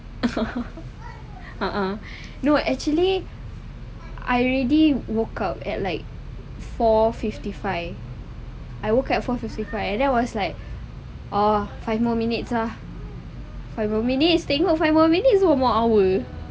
(uh huh) you know what actually I already woke up like four fifty five I woke up at four fifty five and then I was like ah five more minute lah five more minute tengok five more minute selepas tu one hour